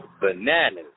bananas